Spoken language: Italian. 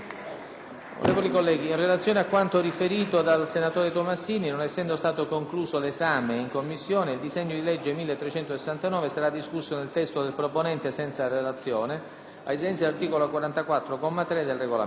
Onorevoli colleghi, in relazione a quanto riferito dal senatore Tomassini, non essendo stato concluso l'esame in Commissione, il disegno di legge n. 1369 sarà discusso nel testo del proponente senza relazione, ai sensi dell'articolo 44, comma 3, del Regolamento.